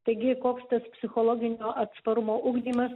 taigi koks tas psichologinio atsparumo ugdymas